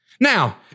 Now